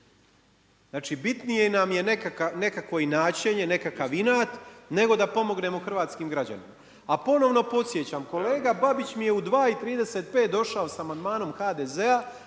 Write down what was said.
Znači bitnije nam je nekakvo inaćenje, nekakav inat, nego da pomognemo hrvatskim građanima. A ponovno podsjećam, kolega Babić mi je u 2,35 došao sa amandmanom HDZ-a